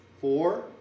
Four